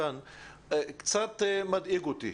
קצת מדאיג אותי.